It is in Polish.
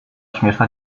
śmieszna